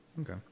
okay